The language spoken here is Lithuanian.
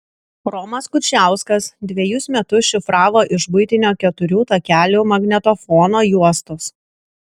romas kučiauskas dvejus metus šifravo iš buitinio keturių takelių magnetofono juostos